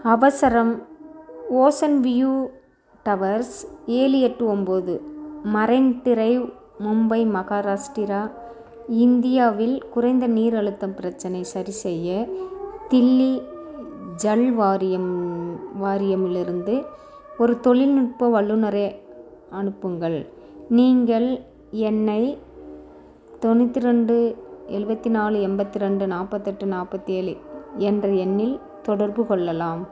அவசரம் ocean view towers ஏழு எட்டு ஒம்பது மரைன் டிரைவ் மும்பை மஹாராஷ்டிரா இந்தியாவில் குறைந்த நீர் அழுத்தம் பிரச்சினை சரிசெய்ய தில்லி ஜல் வாரியம் வாரியமிலிருந்து ஒரு தொழில்நுட்ப வல்லுநரை அனுப்புங்கள் நீங்கள் என்னை தொண்ணூற்று ரெண்டு எழுபத்தி நாலு எண்பத்தி ரெண்டு நாற்பத்தெட்டு நாற்பத்தி ஏழு என்ற எண்ணில் தொடர்பு கொள்ளலாம்